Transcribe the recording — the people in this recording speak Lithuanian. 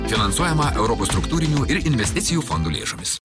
finansuojama europos struktūrinių ir investicijų fondų lėšomis